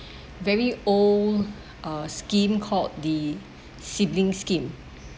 very old uh scheme called the sibling scheme okay